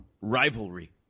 rivalry